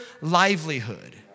livelihood